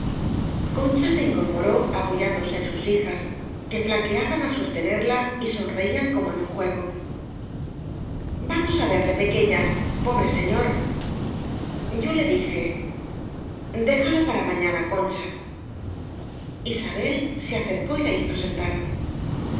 concha se incorporó apoyándose en sus hijas que flaqueaban al sostenerla y son reían como en un juego vamos á verle pequeñas pobre señor yo le dije déjalo para mañana concha isabel se acercó y la hizo sentar